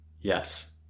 Yes